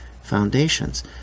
foundations